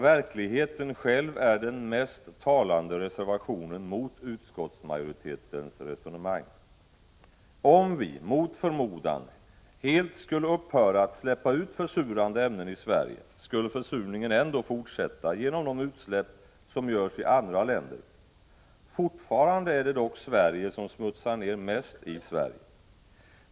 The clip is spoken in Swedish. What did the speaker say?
Verkligheten är själv den mest talande reservationen mot utskottsmajoritetens resonemang. Om vi, mot förmodan, helt skulle upphöra att släppa ut försurande ämnen i Sverige, skulle försurningen ändå fortsätta genom de utsläpp som görs i andra länder. Fortfarande är det dock Sverige som smutsar ner mest i Sverige.